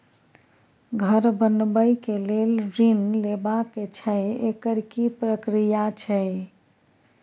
घर बनबै के लेल ऋण लेबा के छै एकर की प्रक्रिया छै?